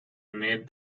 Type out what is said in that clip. made